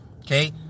okay